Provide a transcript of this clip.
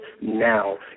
now